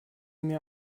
mir